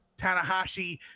Tanahashi